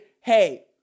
hey